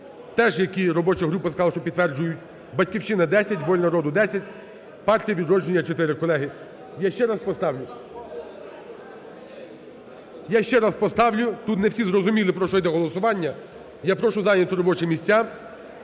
Теж, які, робоча група сказала, що підтверджують. "Батьківщина" – 10, "Воля народу" – 10, "Партія Відродження" – 4. Колеги, я ще раз поставлю. Я ще раз поставлю, тут не всі зрозуміли, про що йде голосування. Я прошу зайняти робочі місця.